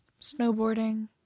snowboarding